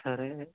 సరే